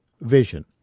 vision